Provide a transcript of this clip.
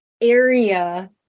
area